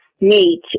meet